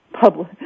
Public